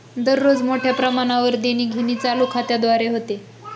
दररोज मोठ्या प्रमाणावर देणीघेणी चालू खात्याद्वारे होते